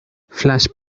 flash